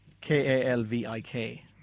K-A-L-V-I-K